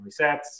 resets